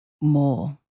more